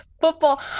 Football